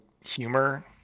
humor